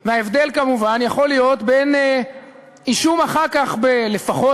וההבדל כמובן יכול להיות בין אישום אחר כך לפחות,